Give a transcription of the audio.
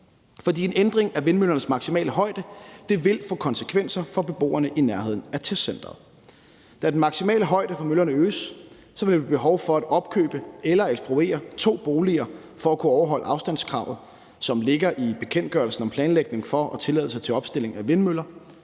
For en ændring af vindmøllernes maksimale højde vil få konsekvenser for beboerne i nærheden af testcenteret. Da den maksimale højde for møllerne øges, vil der blive behov for at opkøbe eller ekspropriere to boliger for at kunne overholde afstandskravet, som ligger i bekendtgørelsen om planlægning for og tilladelse til opstilling af vindmøller.